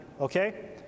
okay